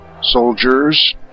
soldiers